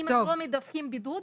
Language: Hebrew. אם הם לא מדווחים על בידוד,